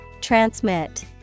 transmit